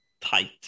tight